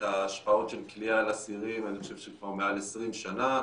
ההשפעות של כליאה על אסירים אני חושב שכבר מעל 20 שנה,